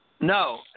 No